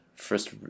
First